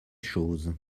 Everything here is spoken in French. choses